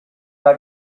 una